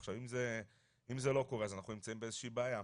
עכשיו אם זה לא קורה אז אנחנו נמצאים באיזו שהיא בעיה.